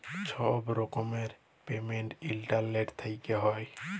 ছব রকমের payment internet থ্যাইকে হ্যয়